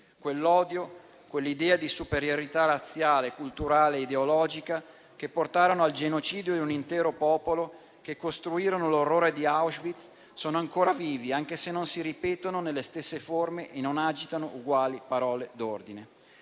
Quell'odio e quell'idea di superiorità razziale, culturale e ideologica che portarono al genocidio di un intero popolo e che costruirono l'orrore di Auschwitz sono ancora vivi, anche se non si ripetono nelle stesse forme e non agitano uguali parole d'ordine.